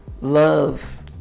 love